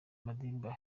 madiba